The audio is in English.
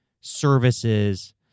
services